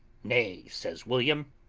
nay, says william,